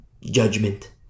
judgment